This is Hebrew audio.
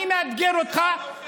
אני מאתגר אותך.